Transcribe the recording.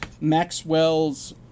Maxwell's